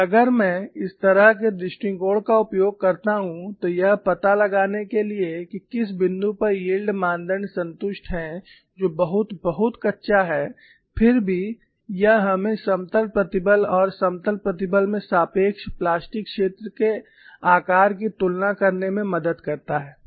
और अगर मैं इस तरह के दृष्टिकोण का उपयोग करता हूं तो यह पता लगाने के लिए कि किस बिंदु पर यील्ड मानदंड संतुष्ट है जो बहुत बहुत कच्चा है फिर भी यह हमें समतल प्रतिबल और समतल प्रतिबल में सापेक्ष प्लास्टिक क्षेत्र के आकार की तुलना करने में मदद करता है